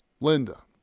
Linda